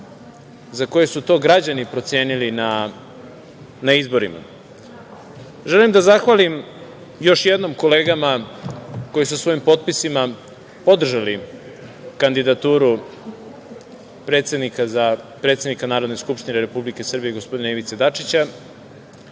za koje su to građani procenili na izborima. Želim da zahvalim još jednom kolegama koji su svojim potpisima podržali kandidaturu predsednika za predsednika Narodne skupštine Republike Srbije, gospodina Ivice Dačića.